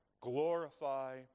glorify